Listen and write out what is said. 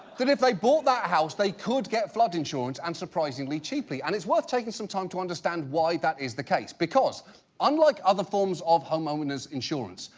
that if they bought that house, they could get flood insurance and surprisingly cheaply. and it's worth taking some time to understand why that is the case, because unlike other forms of homeowner's insurance,